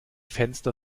fenster